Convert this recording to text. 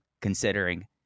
considering